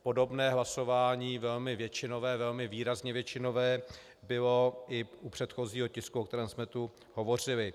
Podobné hlasování velmi většinové, velmi výrazně většinové, bylo i u předchozího tisku, o kterém jsme tu hovořili.